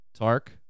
Tark